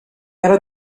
era